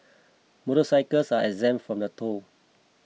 motorcycles are exempt from the toll